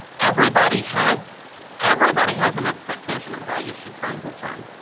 everybody has everybody has an expectation of how you should transition.